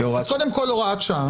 אז קודם כול, הוראת שעה.